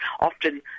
often